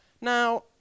Now